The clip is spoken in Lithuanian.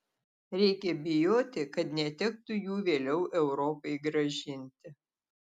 reikia bijoti kad netektų jų vėliau europai grąžinti